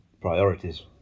Priorities